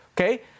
okay